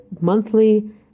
monthly